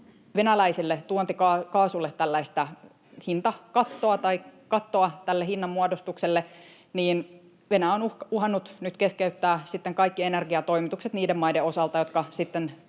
venäläiselle tuontikaasulle tällaista kattoa hinnanmuodostukselle ja Venäjä on nyt uhannut keskeyttää kaikki energiatoimitukset niiden maiden osalta, jotka sitten